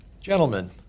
Gentlemen